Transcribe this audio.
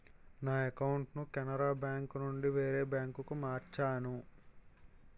నా అకౌంటును కెనరా బేంకునుండి వేరే బాంకుకు మార్చేను